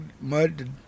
mud